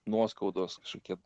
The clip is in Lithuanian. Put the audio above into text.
nuoskaudos kažkokie